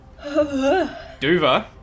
Duva